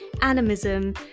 animism